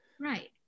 Right